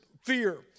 fear